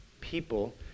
people